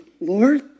Lord